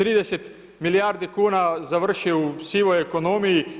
30 milijardi kuna završi u sivoj ekonomiji.